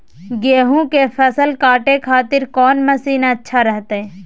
गेहूं के फसल काटे खातिर कौन मसीन अच्छा रहतय?